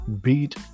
beat